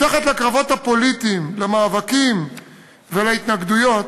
מתחת לקרבות הפוליטיים, למאבקים ולהתנגדויות,